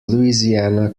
louisiana